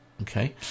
Okay